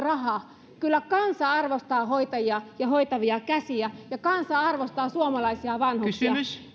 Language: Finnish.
rahaa kyllä kansa arvostaa hoitajia ja hoitavia käsiä ja kansa arvostaa suomalaisia vanhuksia